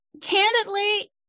candidly